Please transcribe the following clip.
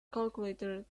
calculator